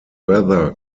weather